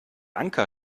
anker